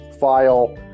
file